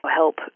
help